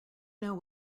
know